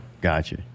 Gotcha